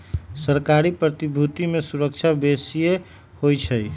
सरकारी प्रतिभूति में सूरक्षा बेशिए होइ छइ